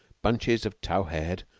bunches of tow-haired,